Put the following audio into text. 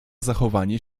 zachowanie